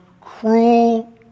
cruel